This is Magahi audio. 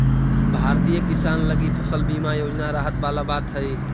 भारतीय किसान लगी फसल बीमा योजना राहत वाला बात हइ